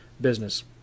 business